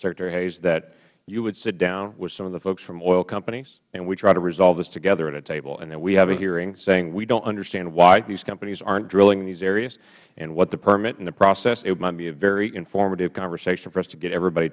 hayes that you would sit down with some of the folks from oil companies and we try to resolve this together at a table and that we have a hearing saying we don't understand why these companies aren't drilling in these areas and what the permit and the process it might be a very informative conversation for us to get everybody